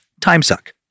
timesuck